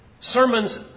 sermons